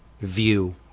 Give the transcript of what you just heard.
view